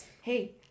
hey